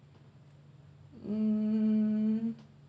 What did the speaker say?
mm